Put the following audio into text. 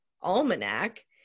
almanac